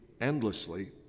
endlessly